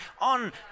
on